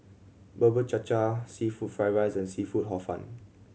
Bubur Cha Cha seafood fried rice and seafood Hor Fun